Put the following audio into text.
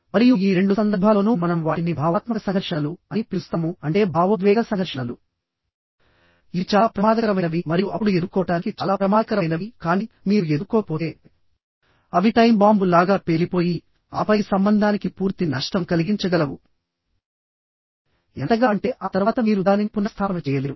మరియు ఈ రెండు సందర్భాల్లోనూ మనం వాటిని భావాత్మక సంఘర్షణలు అని పిలుస్తాము అంటే భావోద్వేగ సంఘర్షణలు ఇవి చాలా ప్రమాదకరమైనవి మరియు అప్పుడు ఎదుర్కోవటానికి చాలా ప్రమాదకరమైనవి కానీ మీరు ఎదుర్కోకపోతే అవి టైమ్ బాంబు లాగా పేలిపోయి ఆపై సంబంధానికి పూర్తి నష్టం కలిగించగలవు ఎంతగా అంటే ఆ తర్వాత మీరు దానిని పునఃస్థాపన చేయలేరు